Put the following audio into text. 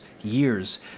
years